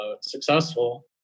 successful